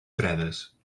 fredes